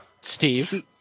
Steve